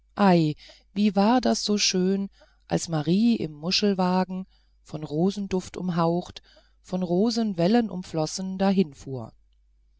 wie war das so schön als marie im muschelwagen von rosenduft umhaucht von rosenwellen umflossen dahinfuhr